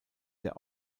der